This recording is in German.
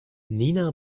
nina